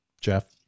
Jeff